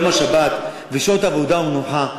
יום השבת וחוק שעות עבודה ומנוחה.